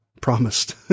Promised